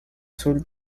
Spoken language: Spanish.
sur